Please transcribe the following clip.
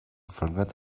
forget